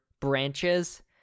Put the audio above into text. branches